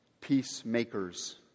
peacemakers